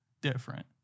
different